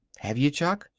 have you, chuck?